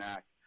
Act